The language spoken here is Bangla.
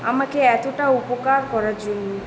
আমাকে এতটা উপকার করার জন্য